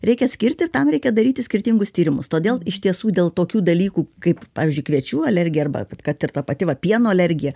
reikia atskirti ir tam reikia daryti skirtingus tyrimus todėl iš tiesų dėl tokių dalykų kaip pavyzdžiui kviečių alergija arba kad ir ta pati va pieno alergija